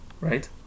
right